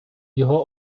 його